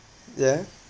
yeah